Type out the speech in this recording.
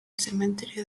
cementerio